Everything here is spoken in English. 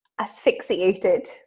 asphyxiated